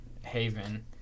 haven